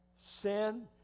sin